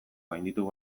gainditu